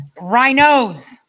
Rhinos